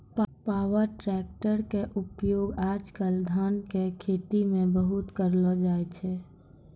power tractor के उपयोग आज कल धान के खेती मॅ बहुत करलो जाय छै